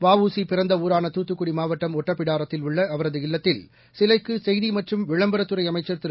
வஉசி பிறந்த ஊராள துத்துக்குடி மாவட்டம் ஒட்டப்பிடாரத்தில் உள்ள அவரது இல்லத்தில் சிலைக்கு செய்தி மற்றும் விளம்பரத்துறை அமைச்சர் திரு